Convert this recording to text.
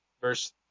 verse